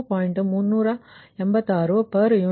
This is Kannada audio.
386 ಪರ್ ಯೂನಿಟ್ ಡಿವೈಡೆಡ್ ಬೈ 100